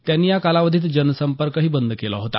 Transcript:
त्यांनी या कालावधीत जनसंपर्कही बंद केला होता